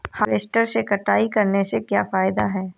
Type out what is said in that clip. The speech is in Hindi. हार्वेस्टर से कटाई करने से क्या फायदा है?